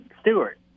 Stewart